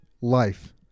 life